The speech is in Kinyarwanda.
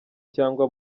cyangwa